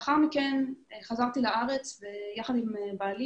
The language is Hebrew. לאחר מכן חזרתי לארץ ויחד עם בעלי